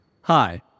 Hi